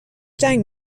جنگ